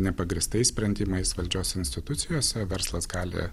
nepagrįstais sprendimais valdžios institucijose verslas gali